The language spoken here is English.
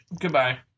Goodbye